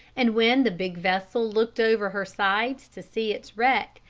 and when the big vessel looked over her sides to see its wreck,